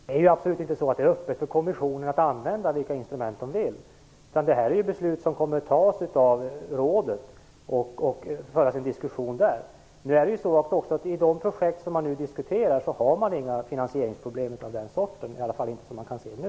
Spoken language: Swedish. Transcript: Herr talman! Det är absolut inte så att det är öppet för kommissionen att använda vilka instrument de vill. Det är beslut som kommer att fattas av rådet. Det kommer att föras en diskussion där. I de projekt som man nu diskuterar finns det inga finansieringsproblem av den sorten, i alla fall inte som man kan se nu.